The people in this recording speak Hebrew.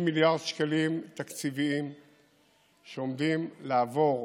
60 מיליארד שקלים תקציבים שעומדים לעבור,